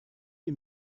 wie